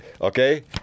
okay